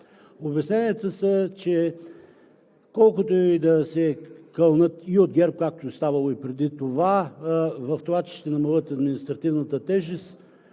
Обясненията са, че колкото и да се кълнат от ГЕРБ, както е ставало преди това, че ще намалят административната тежест